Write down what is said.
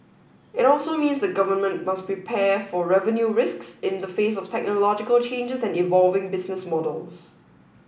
it also means the government must prepare for revenue risks in the face of technological changes and evolving business models